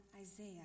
Isaiah